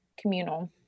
communal